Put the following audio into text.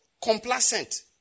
Complacent